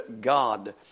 God